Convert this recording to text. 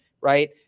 right